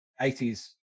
80s